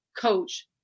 Coach